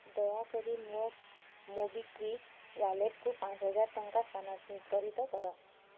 ଦୟାକରି ମୋ ମୋବିକ୍ଵିକ୍ ୱାଲେଟକୁ ପାଞ୍ଚହଜାର ଟଙ୍କା ସ୍ଥାନାନ୍ତରିତ କର